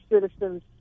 citizens